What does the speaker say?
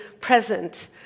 present